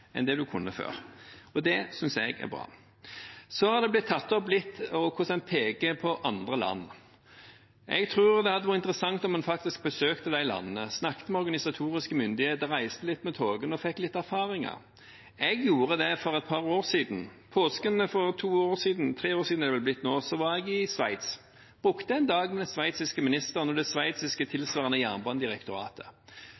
enn de kunne før. Det synes jeg er bra. Det har blitt tatt opp hvordan en peker på andre land. Jeg tror det hadde vært interessant om en faktisk besøkte de landene, snakket med organisatoriske myndigheter, reiste litt med togene og fikk noen erfaringer. Jeg gjorde det for et par år siden. I påsken for tre år siden – er det vel blitt nå – var jeg i Sveits. Jeg brukte en dag med den sveitsiske ministeren og det sveitsiske